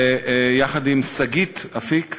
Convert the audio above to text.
יחד עם שגית אפיק,